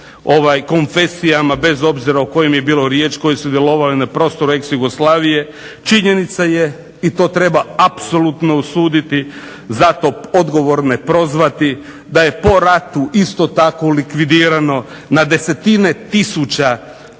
konfesijama bez obzira o kome je bilo riječ, tko je sudjelovao na prostoru ex-Jugoslavije, činjenica je i to treba apsolutno osuditi i za to odgovorne prozvati da je po ratu isto tako likvidirano na desetine tisuća